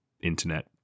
internet